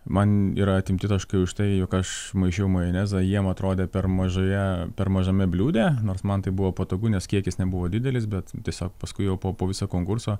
man yra atimti taškai už tai jog aš maišiau majonezą jiem atrodė per mažai ją per mažame bliūde nors man tai buvo patogu nes kiekis nebuvo didelis bet tiesiog paskui jau po po visą konkurso